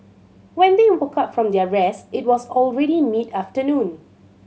when they woke up from their rest it was already mid afternoon